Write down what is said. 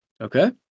okay